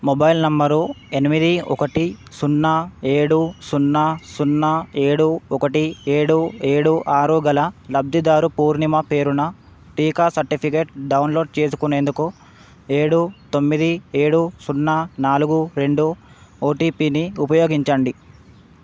mobile number ఎనిమిది ఒకటి సున్నా ఏడు సున్నా సున్నా ఏడు ఒకటి ఏడు ఏడు ఆరు గల లబ్ధిదారు పూర్ణిమ పేరున టీకా సర్టిఫికేట్ డౌన్లోడ్ చేసుకునేందుకు ఏడు తొమ్మిది ఏడు సున్నా నాలుగు రెండు ఓటీపీని ఉపయోగించండి